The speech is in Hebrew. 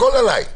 הכול עליי.